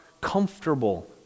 comfortable